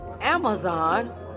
Amazon